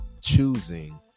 choosing